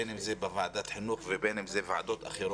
בין אם זה בוועדת חינוך ובין אם זה ועדות אחרות,